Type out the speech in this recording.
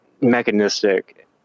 mechanistic